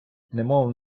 немов